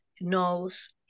knows